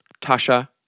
Tasha